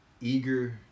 eager